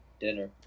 dinner